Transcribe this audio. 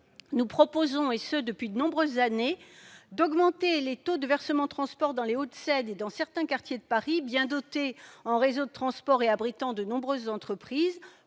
nous proposons, et ce depuis de nombreuses années, d'augmenter les taux du versement transport dans les Hauts-de-Seine et dans certains quartiers de Paris, bien dotés en réseaux de transport et abritant de nombreuses entreprises.